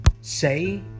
Say